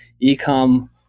e-com